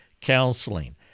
counseling